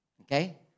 Okay